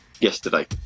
yesterday